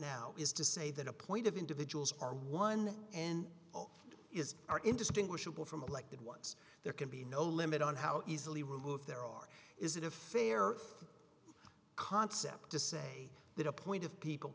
now is to say that a point of individuals are one and is are indistinguishable from elected once there can be no limit on how easily removed there are is it a fair concept to say that a point of people